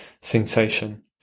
sensation